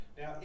Now